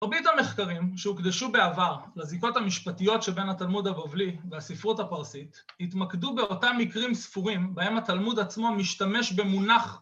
‫מרבית המחקרים שהוקדשו בעבר ‫לזיקות המשפטיות ‫שבין התלמוד הבבלי והספרות הפרסית, ‫התמקדו באותם מקרים ספורים ‫בהם התלמוד עצמו משתמש במונח…